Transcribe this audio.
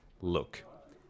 Look